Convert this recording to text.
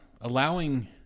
allowing